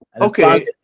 okay